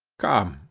come,